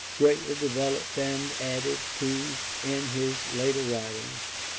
greatly developed and added to in his later writings,